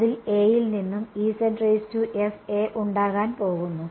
അതിനാൽ A യിൽനിന്നും ഉണ്ടാകാൻ പോകുന്നു